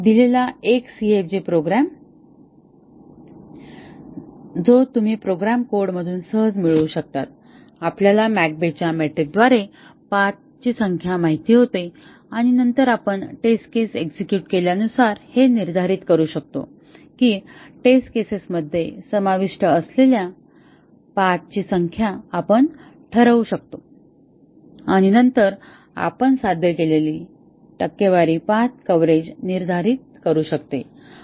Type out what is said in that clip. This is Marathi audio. दिलेला एक CFG जो तुम्ही प्रोग्राम कोडमधून सहज मिळवू शकता आपल्याला मॅककेबच्या मेट्रिकद्वारे पाथ ची संख्या माहित होते आणि नंतर आपण टेस्ट केस एक्झेक्युट केल्यानुसार हे निर्धारित करू शकतो की टेस्ट केसेसमध्ये समाविष्ट असलेल्या पाथ ची संख्या आपण ठरवू शकतो आणि नंतर आपण साध्य केलेली टक्केवारी पाथ कव्हरेज निर्धारित करू शकते